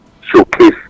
showcase